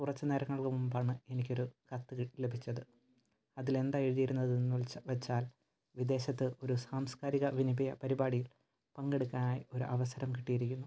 കുറച്ച് നേരങ്ങൾക്ക് മുമ്പാണ് എനിക്കൊരു കത്ത് ലഭിച്ചത് അതിലെന്താ എഴുതിയിരുന്നതെന്ന് വെച്ചാൽ വെച്ചാൽ വിദേശത്ത് ഒരു സാംസ്കാരിക വിനിമയ പരിപാടിയിൽ പങ്കെടുക്കാനായി ഒരവസരം കിട്ടിയിരിക്കുന്നു